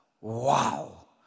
wow